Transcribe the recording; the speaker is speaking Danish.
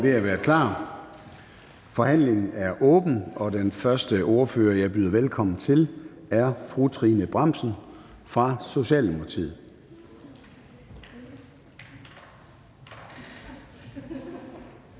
ved at være klar. Forhandlingen er åbnet, og den første ordfører, jeg byder velkommen til, er fru Trine Bramsen fra Socialdemokratiet.